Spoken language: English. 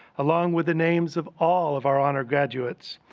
along with the names of all of our honor graduates,